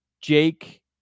Jake